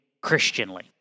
Christianly